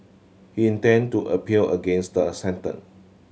he intend to appeal against the sentence